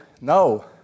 no